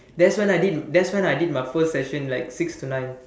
that's when I did that's when I did my first session like six to nine